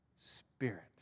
spirit